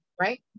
right